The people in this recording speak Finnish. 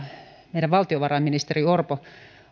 meidän valtiovarainministeri orpo